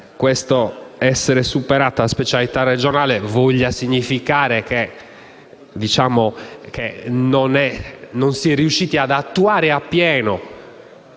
che la superata specialità regionale voglia significare che non si è riusciti ad attuare appieno